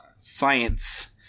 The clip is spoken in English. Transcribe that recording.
science